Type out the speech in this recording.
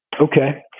Okay